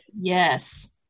yes